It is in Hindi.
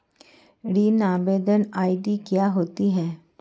ऋण आवेदन आई.डी क्या होती है?